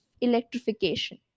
electrification